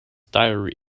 diary